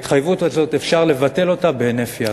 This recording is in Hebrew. את ההתחייבות הזאת אפשר לבטל בהינף יד?